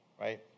right